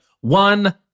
one